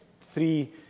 three